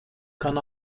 kann